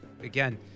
again